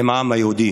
עם העם היהודי.